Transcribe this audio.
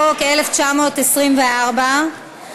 ההצעה תעבור לוועדת הכנסת.